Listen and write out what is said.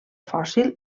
fòssil